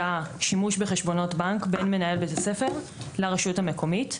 והשימוש בחשבונות בנק בין מנהל בית הספר לרשות המקומית.